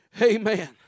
Amen